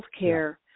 healthcare